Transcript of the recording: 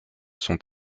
sont